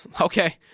Okay